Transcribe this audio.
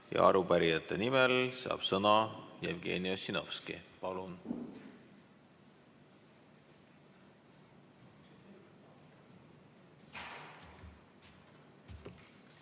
Arupärijate nimel saab sõna Jevgeni Ossinovski. Palun!